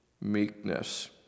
meekness